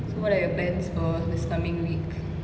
so what are your plans for this coming week